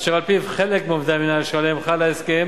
אשר על-פיו חלק מעובדי המינהל שעליהם חל ההסכם